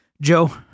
joe